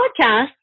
podcast